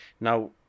Now